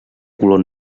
color